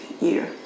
year